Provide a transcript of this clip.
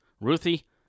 Ruthie